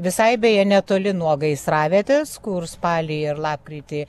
visai beje netoli nuo gaisravietės kur spalį ir lapkritį